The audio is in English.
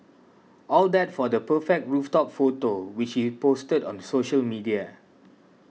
all that for the perfect rooftop photo which he posted on the social media